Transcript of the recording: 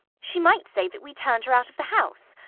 she might say that we turned her out of the house.